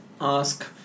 ask